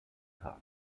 tag